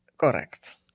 correct